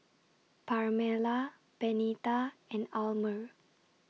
Pamella Benita and Almer